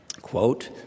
quote